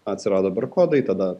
atsirado bar kodai tada